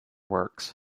works